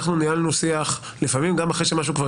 אנחנו ניהלנו שיח לפעמים גם אחרי שמשהו כבר